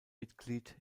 mitglied